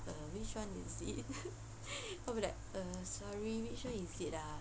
uh which [one] is it I'll be like um sorry which [one] is it ah